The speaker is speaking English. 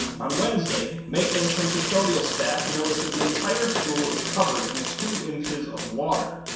on wednesday, maintainence and custodial staff notice that the entire school is covered in two inches of water,